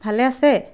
ভালে আছে